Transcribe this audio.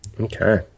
Okay